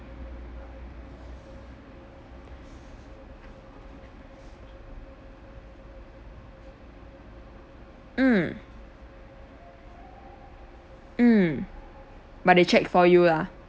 mm mm but they check for you lah